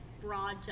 broad